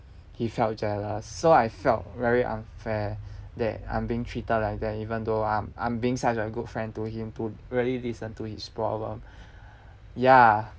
he felt jealous so I felt very unfair that I'm being treated like there even though I'm I'm being such a good friend to him to really listen to his problem ya